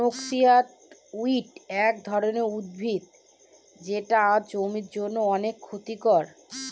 noxious weed এক ধরনের উদ্ভিদ যেটা জমির জন্য অনেক ক্ষতি করে